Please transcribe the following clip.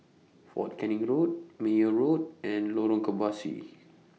Fort Canning Road Meyer Road and Lorong Kebasi